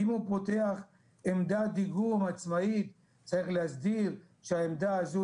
אם הוא פותח עמדת דיגום עצמאית צריך להסדיר שהעמדה הזו